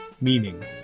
meaning